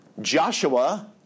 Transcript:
Joshua